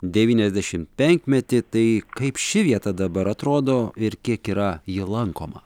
devyniasdešimtpenkmetį tai kaip ši vieta dabar atrodo ir kiek yra ji lankoma